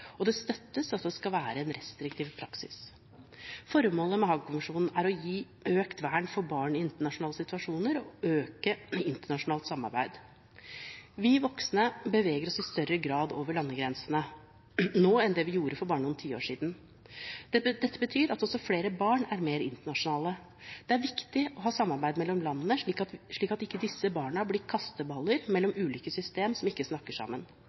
og det støttes at det skal være en restriktiv praksis. Formålet med Haagkonvensjonen er å gi økt vern for barn i internasjonale situasjoner og øke internasjonalt samarbeid. Vi voksne beveger oss i større grad over landegrensene nå enn det vi gjorde for bare noen tiår siden. Dette betyr at også flere barn er mer internasjonale. Det er viktig å ha samarbeid mellom landene slik at ikke disse barna blir kasteballer mellom ulike system som ikke snakker sammen.